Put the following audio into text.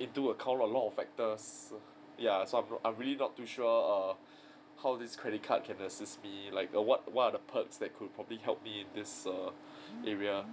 into account a lot of factors ya so I'm I'm really not too sure err how this credit card can assist me like what what are the perks that could possibly help me this err area